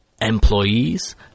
employees